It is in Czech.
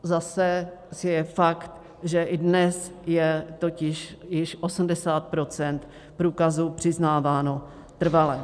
Zase je fakt, že i dnes je totiž již 80 % průkazů přiznáváno trvale.